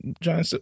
John